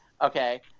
Okay